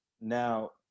now